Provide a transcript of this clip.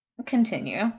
Continue